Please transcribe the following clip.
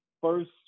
first